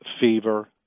fever